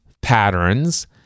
patterns